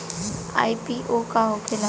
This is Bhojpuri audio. आई.पी.ओ का होखेला?